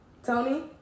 Tony